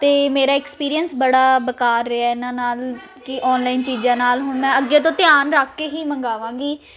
ਅਤੇ ਮੇਰਾ ਐਕਸਪੀਰੀਅੰਸ ਬੜਾ ਬੇਕਾਰ ਰਿਹਾ ਇਹਨਾਂ ਨਾਲ ਕਿ ਆਨਲਾਈਨ ਚੀਜ਼ਾਂ ਨਾਲ ਮੈਂ ਅੱਗੇ ਤੋਂ ਧਿਆਨ ਰੱਖ ਕੇ ਹੀ ਮੰਗਾਵਾਂਗੀ